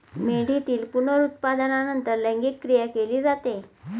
मेंढीतील पुनरुत्पादनानंतर लैंगिक क्रिया केली जाते